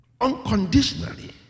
Unconditionally